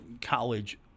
college